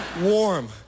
warm